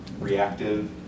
reactive